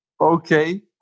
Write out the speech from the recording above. Okay